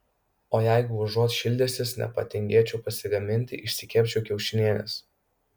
o jeigu užuot šildęsis nepatingėčiau pasigaminti išsikepčiau kiaušinienės